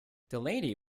delany